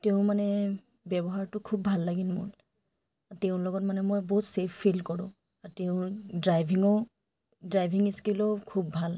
তেওঁ মানে ব্যৱহাৰটো খুব ভাল লাগিল মোৰ তেওঁৰ লগত মানে মই বহুত চেফ ফিল কৰোঁ আৰু তেওঁৰ ড্ৰাইভিঙো ড্ৰাইভিং স্কিলো খুব ভাল